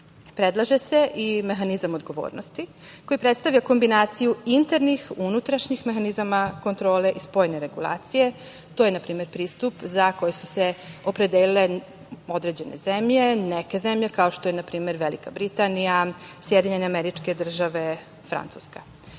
se i mehanizam odgovornosti koji predstavlja kombinaciju internih, unutrašnjih mehanizama kontrole i spoljne regulacije. To je, na primer, pristup za koji su se opredelile određene zemlje, neke zemlje kao što je, na primer, Velika Britanija, SAD, Francuska. Primera radi,